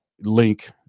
link